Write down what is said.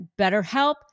BetterHelp